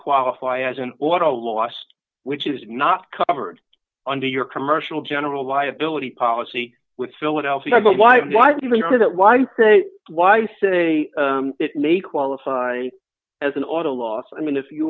qualify as an auto lost which is not covered under your commercial general liability policy with philadelphia but why why did you do that why why say it may qualify as an auto loss i mean if you